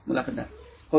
मुलाखतदार होय